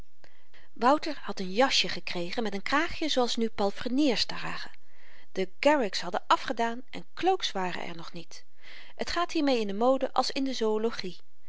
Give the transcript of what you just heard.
wouter had n jasje gekregen met n kraagje zoo als nu palfreniers dragen de garricks hadden afgedaan en cloaks waren er nog niet t gaat hiermee in de mode als in de